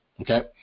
Okay